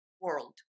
world